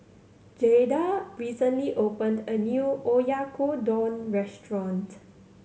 Jaida recently opened a new Oyakodon Restaurant